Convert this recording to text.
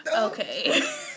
okay